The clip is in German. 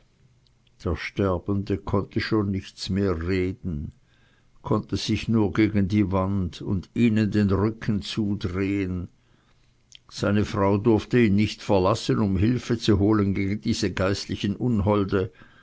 der sterbende konnte schon nichts mehr reden konnte sich nur gegen die wand und ihnen den rücken zudrehen seine frau durfte ihn nicht verlassen um hülfe zu holen gegen diese geistlichen